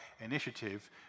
initiative